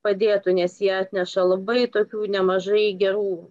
padėtų nes jie atneša labai tokių nemažai gerų